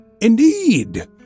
Indeed